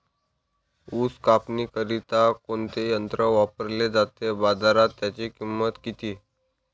ऊस कापणीकरिता कोणते यंत्र वापरले जाते? बाजारात त्याची किंमत किती?